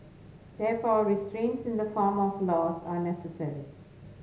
therefore restraints in the form of laws are necessary